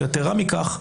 יתרה מכך,